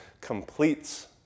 completes